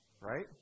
right